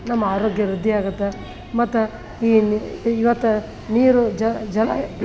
ನಮ್ಮ ಆರೋಗ್ಯ ವೃದ್ದಿ ಆಗುತ್ತೆ ಮತ್ತು ಈ ನಿ ಇವತ್ತು ನೀರು ಜಲ